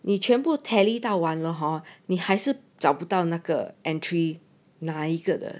你全部 tally 到完了 hor 你还是找不到那个 entry 那一个的